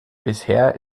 bisher